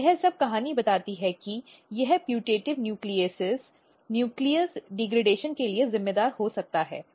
तो यह सब कहानी बताती है कि यह प्यूटटिव न्युक्लिअसिज़ नाभिक क्षरण के लिए जिम्मेदार हो सकता है